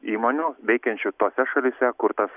įmonių veikiančių tose šalyse kur tas